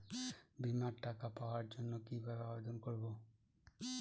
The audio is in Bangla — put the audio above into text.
বিমার টাকা পাওয়ার জন্য কিভাবে আবেদন করব?